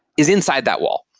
is inside that wall,